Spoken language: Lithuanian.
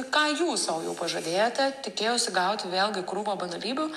ką jūs sau jau pažadėjote tikėjausi gauti vėlgi krūvą banalybių